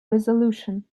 resolution